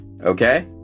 Okay